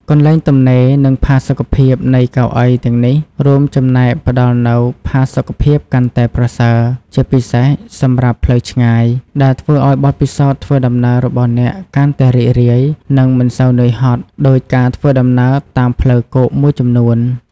កន្លែងទំនេរ និងផាសុកភាពនៃកៅអីទាំងនេះរួមចំណែកផ្ដល់នូវ ផាសុកភាពកាន់តែប្រសើរ ជាពិសេសសម្រាប់ផ្លូវឆ្ងាយ ដែលធ្វើឱ្យបទពិសោធន៍ធ្វើដំណើររបស់អ្នកកាន់តែរីករាយ និងមិនសូវនឿយហត់ដូចការធ្វើដំណើរតាមផ្លូវគោកមួយចំនួន។